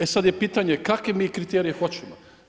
E sada je pitanje, kakve mi kriterije hoćemo?